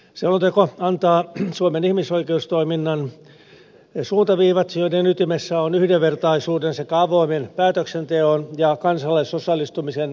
selonteko antaa suomen ihmisoikeustoiminnan suuntaviivat joiden ytimessä on yhdenvertaisuuden sekä avoimen päätöksenteon ja kansalaisosallistumisen merkitys